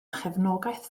chefnogaeth